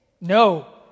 No